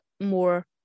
more